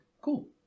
cool